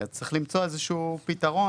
צריך למצוא איזה שהוא פתרון,